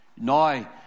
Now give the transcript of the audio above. Now